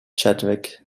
chadwick